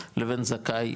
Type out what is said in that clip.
לבין זכאי לדיור ציבורי.